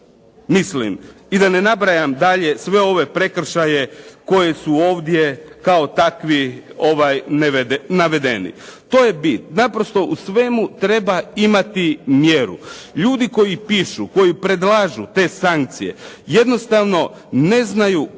Mislim, i da ne nabrajam dalje sve ove prekršaje koji su ovdje kao takvi navedeni. To je bit, naprosto u svemu treba imati mjeru. Ljudi koji pišu, koji predlažu te sankcije jednostavno ne znaju kako